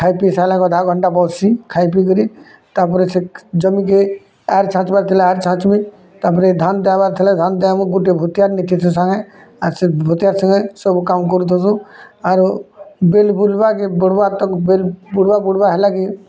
ଖାଇ ପିଇ ସାରିଲେ ଅଧ ଘଣ୍ଟା ବସି ଖାଇ ପିଇ କରି ତାପରେ ସେ ଜମିକେ ଆର୍ ଛାଞ୍ଚ୍ବାର୍ ଥିଲା ଆର୍ ଛାଞ୍ଚ୍ମି ତାପରେ ଧାନ୍ଟା ଆଇବାର୍ ଥିଲା ଧାନ୍ ଟେ ଆମର୍ ଗୁଟେ ଭୁତିଆର୍ ନୀତିଚୁ ସାଙ୍ଗେ ଆର୍ ସେ ଭୁତିଆର୍ ସାଙ୍ଗେ ସବୁ କାମ କରିଥୁସୁଁ ଆରୁ ବିଲ୍ ବୁର୍ବା କେ ବୁଡ଼୍ବା ବା ତାକୁ ବିଲ୍ ବୁଡ଼୍ବା ବୁଡ଼୍ବା ହେଲା କି